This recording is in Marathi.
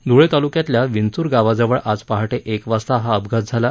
धुळे तालुक्यातील विंचूर गावाजवळ आज पहाटे एक वाजता हा अपघात झाला